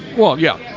well. yeah,